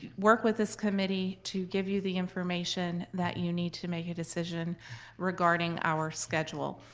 work with this committee to give you the information that you need to make a decision regarding our schedule.